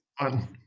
one